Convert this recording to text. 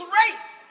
race